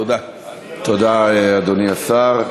תודה, אדוני השר.